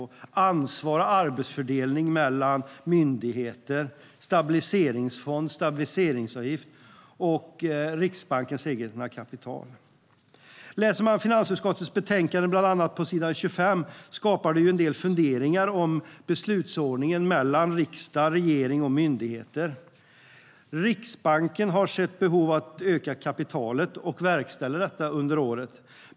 Det handlar om ansvar och arbetsfördelning mellan myndigheter, stabilitetsfond, stabilitetsavgift och Riksbankens egna kapital. Läser man finansutskottets betänkande bland annat på s. 25 skapar det en del funderingar om beslutsordningen mellan riksdag, regering och myndigheter. Riksbanken har sett behov av att öka kapitalet och verkställde detta under året.